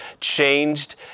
changed